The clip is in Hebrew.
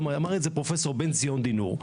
אמר את זה פרופ' בן-ציון דינור,